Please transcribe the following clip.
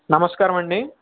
నమస్కారమండి